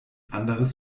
anderes